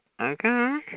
Okay